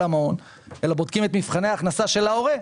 המעון אלא בודקים את מבחני ההכנסה של ההורה,